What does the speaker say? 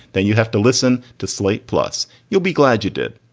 then you have to listen to slate. plus you'll be glad you did.